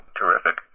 terrific